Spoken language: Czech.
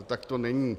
Tak to není.